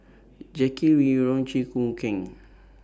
Jackie Yi Ru Chew Choo Keng